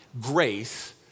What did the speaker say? grace